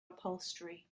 upholstery